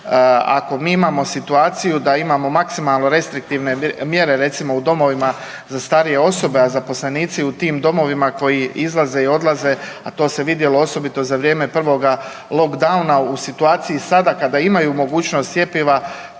ako mi imamo situaciju da imamo maksimalno restriktivne mjere recimo u domovima za starije osobe, a zaposlenici u tim domovima koji izlaze i dolaze, a to se vidjelo osobiti za vrijeme prvoga lockdowna u situaciji sada kada imaju mogućnost cjepiva